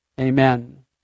Amen